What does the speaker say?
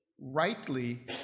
rightly